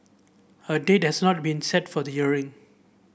a date has not been set for the hearing